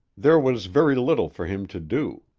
there was very little for him to do.